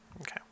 Okay